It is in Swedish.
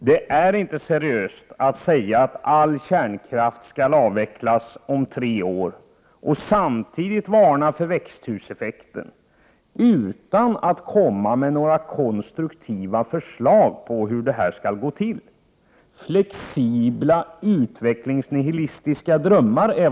Det är inte seriöst att säga att all kärnkraft skall avvecklas om tre år och samtidigt varna för växthuseffekten utan att komma med några konstruktiva förslag till hur detta skall gå till. Det är fråga om flexibla utvecklingsnihilistiska drömmar.